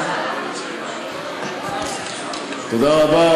תודה רבה.